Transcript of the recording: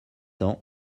ans